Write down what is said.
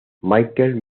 michael